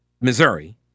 Missouri